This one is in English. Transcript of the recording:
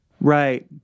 Right